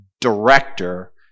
director